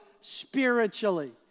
spiritually